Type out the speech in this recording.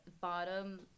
bottom